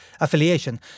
affiliation